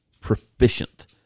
proficient